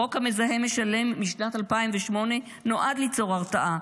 חוק "המזהם משלם" משנת 2008 נועד ליצור הרתעה,